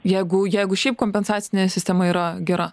jeigu jeigu šiaip kompensacinė sistema yra gera